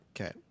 okay